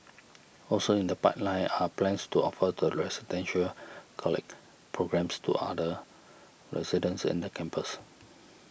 also in the pipeline are plans to offer the Residential College programmes to other residences in the campus